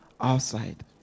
outside